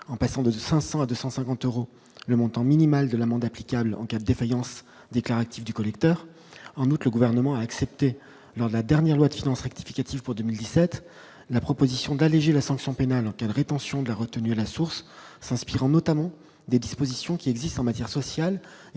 en passant de 500 à 250 euros le montant minimal de l'amende applicable en cas de défaillance déclarative du collecteur en août, le gouvernement a accepté lors de la dernière loi de finances rectificative pour 2017 n'a proposition d'alléger les sanctions pénales auxquelles rétention de la retenue à la source, s'inspirant notamment des dispositions qui existent en matière sociale